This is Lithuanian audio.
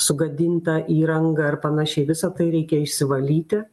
sugadinta įranga ar panašiai visa tai reikia išsivalyti